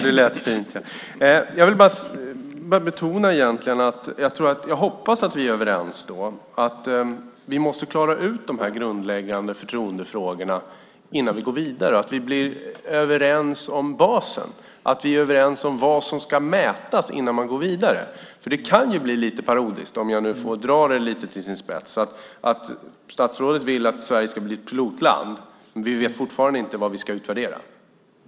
Herr talman! Jag hoppas att vi är överens. Jag vill betona att vi måste klara ut de grundläggande förtroendefrågorna innan vi går vidare. Jag hoppas att vi är överens om basen och vad som ska mätas innan man går vidare. Det kan ju bli lite parodiskt, om jag får dra det till sin spets. Statsrådet vill att Sverige ska bli pilotland, men vi vet fortfarande inte vad vi ska utvärdera.